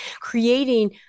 creating